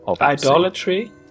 Idolatry